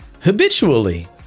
habitually